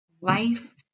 life